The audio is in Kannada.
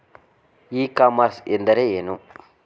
ಇ ಕಾಮರ್ಸ್ ಎಂದರೆ ಏನು?